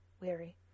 weary